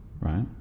right